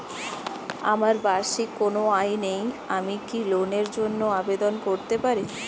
আমার বার্ষিক কোন আয় নেই আমি কি লোনের জন্য আবেদন করতে পারি?